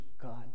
God